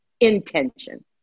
intention